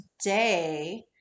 today